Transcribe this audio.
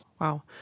Wow